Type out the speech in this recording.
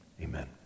Amen